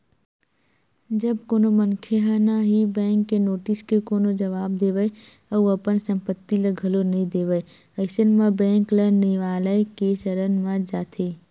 जब कोनो मनखे ह ना ही बेंक के नोटिस के कोनो जवाब देवय अउ अपन संपत्ति ल घलो नइ देवय अइसन म बेंक ल नियालय के सरन म जाथे